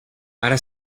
ara